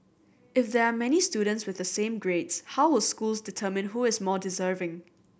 if there are many students with the same grades how will schools determine who is more deserving